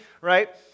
right